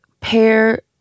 pair